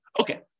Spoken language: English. okay